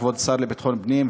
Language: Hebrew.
כבוד השר לביטחון הפנים,